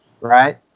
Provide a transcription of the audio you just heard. right